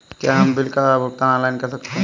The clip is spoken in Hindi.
क्या हम बिल का भुगतान ऑनलाइन कर सकते हैं?